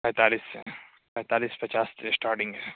پینتالیس سے پینتالیس پچاس سے اسٹارٹنگ ہے